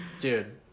Dude